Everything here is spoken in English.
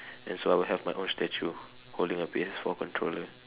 and so I will have my own statue holding a P_S four controller